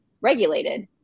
regulated